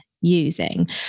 using